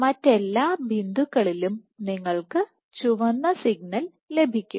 മറ്റെല്ലാ ബിന്ദുക്കളിലും നിങ്ങൾക്ക് ചുവന്ന സിഗ്നൽ ലഭിക്കും